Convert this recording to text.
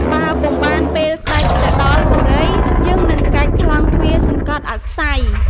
បើពុំបាន ពេលស្តេចទៅដល់បុរី យើងនឹងកាច់ក្លោងទ្វារសង្កត់ឱ្យក្ស័យ។